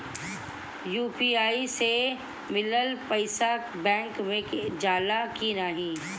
UPI से मिलल पईसा बैंक मे जाला की नाहीं?